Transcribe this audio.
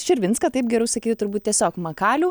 širvinską taip geriau sakyti turbūt tiesiog makalių